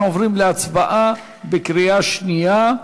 אנחנו עוברים להצבעה בקריאה שנייה.